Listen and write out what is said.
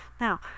Now